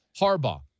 Harbaugh